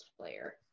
player